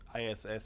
ISS